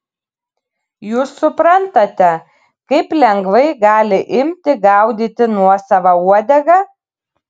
jūs suprantate kaip lengvai gali imti gaudyti nuosavą uodegą